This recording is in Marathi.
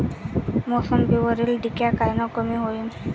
मोसंबीवरील डिक्या कायनं कमी होईल?